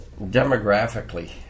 demographically